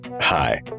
Hi